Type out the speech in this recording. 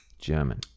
german